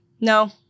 no